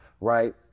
Right